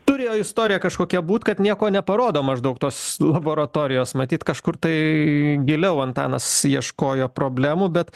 turėjo istorija kažkokia būt kad nieko neparodo maždaug tos laboratorijos matyt kažkur tai giliau antanas ieškojo problemų bet